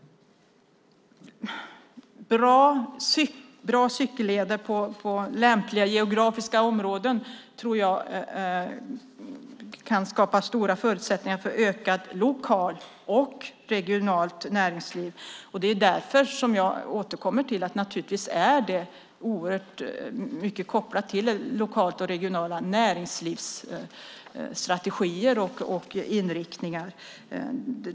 Bra cykelleder i lämpliga geografiska områden kan, tror jag, skapa stora förutsättningar för ett utökat lokalt och regionalt näringsliv. Därför återkommer jag till att detta naturligtvis oerhört mycket är kopplat till lokala och regionala näringslivsstrategier och inriktningar.